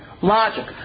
logic